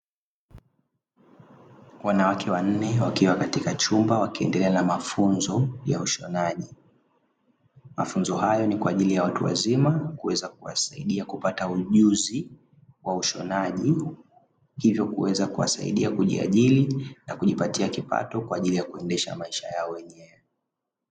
Wanawake wanne wakiwa katika chumba, wakiendelea na mafunzo ya ushonaji. Mafunzo hayo ni kwa ajili ya watu wazima, kuweza kuwasaidia kupata ujuzi wa ushonaji, hivyo kuweza kuwasaidia kujiajiri na kujipatia kipato, kwa ajili ya kuendesha maisha yao wenyewe.